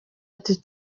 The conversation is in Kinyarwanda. ati